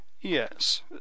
Yes